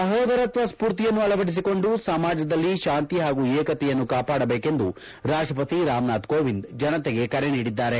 ಸಹೋದರತ್ವ ಸ್ಪೂರ್ತಿಯನ್ನು ಅಳವಡಿಸಿಕೊಂಡು ಸಮಾಜದಲ್ಲಿ ಶಾಂತಿ ಹಾಗೂ ಏಕತೆಯನ್ನು ಕಾಪಾದಬೇಕೆಂದು ರಾಷ್ಟ್ವಪತಿ ರಾಮನಾಥ್ ಕೋವಿಂದ್ ಜನತೆಗೆ ಕರೆ ನೀಡಿದ್ದಾರೆ